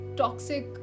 toxic